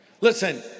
Listen